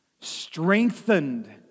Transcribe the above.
strengthened